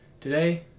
Today